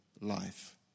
life